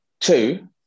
Two